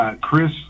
Chris